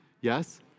Yes